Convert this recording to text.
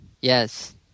Yes